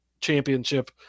championship